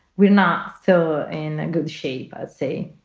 we're not so in good shape. i see.